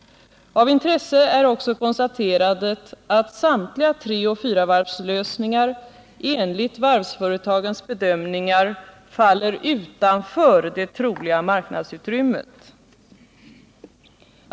Av intresse är också konstaterandet att samtliga treoch fyravarvslösningar enligt varvsföretagens bedömningar faller utanför det troliga marknadsutrymmet.